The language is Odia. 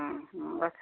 ହଁ ହଁ ଗଛ